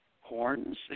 horns